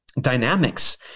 dynamics